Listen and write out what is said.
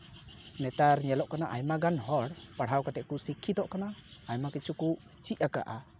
ᱱᱮᱛᱟᱨ ᱧᱮᱞᱚᱜ ᱠᱟᱱᱟ ᱟᱭᱢᱟ ᱜᱟᱱ ᱦᱚᱲ ᱯᱟᱲᱦᱟᱣ ᱠᱟᱛᱮ ᱠᱚ ᱥᱤᱠᱠᱷᱤᱛᱚᱜ ᱠᱟᱱᱟ ᱟᱭᱢᱟ ᱠᱤᱪᱷᱩ ᱠᱚ ᱪᱮᱫ ᱟᱠᱟᱜᱼᱟ